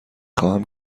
خواهم